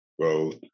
growth